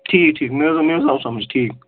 ٹھیٖک ٹھیٖک مےٚ حظ آ مےٚ حظ آو سَمٕج ٹھیٖک